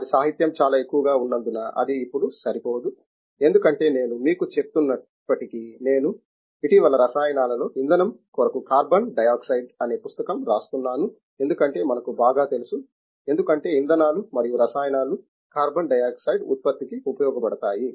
వారి సాహిత్యం చాలా ఎక్కువగా ఉన్నందున అది ఇప్పుడు సరిపోదు ఎందుకంటే నేను మీకు చెప్తున్నప్పటికీ నేను ఇటీవల రసాయనాలలో ఇంధనం కొరకు కార్బన్ డయాక్సైడ్ అనే పుస్తకం రాస్తున్నాను ఎందుకంటే మనకు బాగా తెలుసు ఎందుకంటే ఇంధనాలు మరియు రసాయనాలు కార్బన్ డయాక్సైడ్ ఉత్పత్తికి ఉపయోగపడతాయి